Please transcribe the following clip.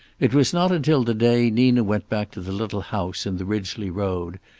it was not until the day nina went back to the little house in the ridgely road,